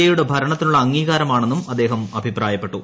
A യുടെ ഭരണത്തിനുള്ള അംഗീകാരമാണെന്നും അദ്ദേഹം അഭിപ്രായപ്പെട്ടു